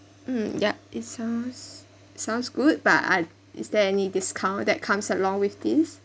mm yup it sounds sounds good but I've is there any discount that comes along with this